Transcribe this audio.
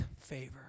favor